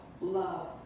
love